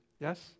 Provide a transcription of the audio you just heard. Yes